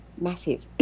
massive